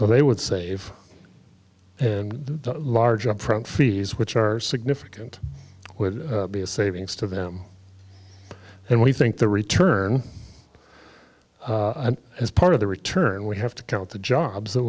so they would save and the large upfront fees which are significant would be a savings to them and we think the return as part of the return we have to count the jobs that